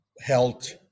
health